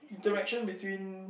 interaction between